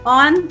on